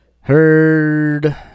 Heard